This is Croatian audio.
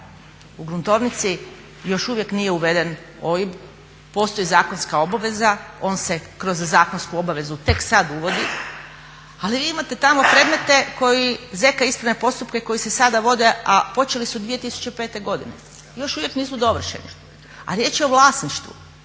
u gruntovnici još uvijek nije uveden OIB, postoji zakonska obaveza, on se kroz zakonsku obavezu tek sada uvodi, ali vi imate tamo predmete koji … postupke koji se sada vode, a počeli su 2005.godine još uvijek nisu dovršeni, a riječ je o vlasništvu.